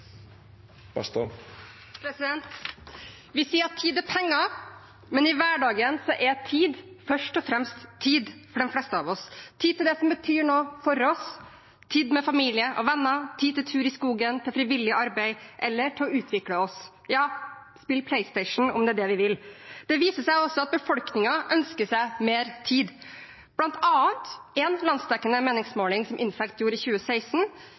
fleste av oss – tid til det som betyr noe for oss, tid med familie og venner, tid til tur i skogen, til frivillig arbeid eller til å utvikle oss, ja til å spille PlayStation om det er det vi vil. Det viser seg også at befolkningen ønsker seg mer tid. Blant annet en landsdekkende meningsmåling som InFact gjorde i 2016,